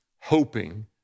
hoping